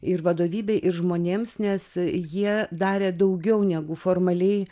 ir vadovybei ir žmonėms nes jie darė daugiau negu formaliai